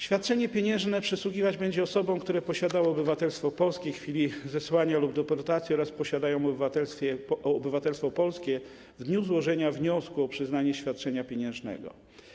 Świadczenie pieniężne przysługiwać będzie osobom, które posiadały obywatelstwo polskie w chwili zesłania lub deportacji oraz posiadają obywatelstwo polskie w dniu złożenia wniosku o przyznanie świadczenia pieniężnego.